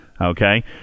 okay